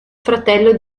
fratello